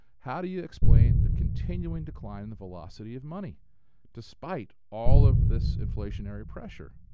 how do you explain the continuing decline in the velocity of money despite all of this inflationary pressure?